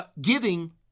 giving